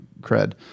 cred